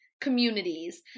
communities